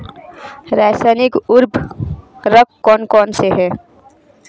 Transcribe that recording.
रासायनिक उर्वरक कौन कौनसे हैं?